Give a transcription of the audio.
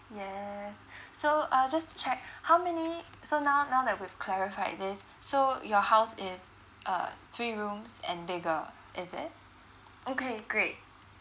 yes so uh just to check how many so now now that we've clarified this so your house is uh three rooms and bigger is it okay great